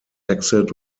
exit